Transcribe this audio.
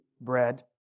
bread